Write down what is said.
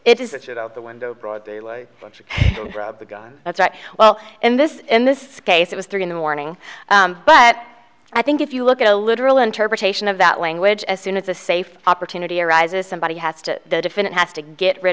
it is it out the window broadly like the gun that's right well in this in this case it was three in the morning but i think if you look at a literal interpretation of that language as soon as a safe opportunity arises somebody has to define it has to get rid